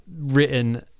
written